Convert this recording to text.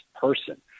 person